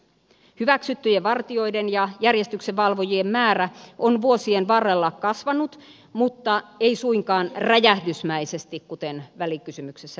hyväksyttyjen vartijoiden ja järjestyksenvalvo jien määrä on vuosien varrella kasvanut mutta ei suinkaan räjähdysmäisesti kuten välikysymyksessä väitetään